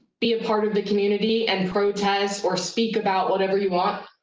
be a part of the community and protest or speak about whatever you want.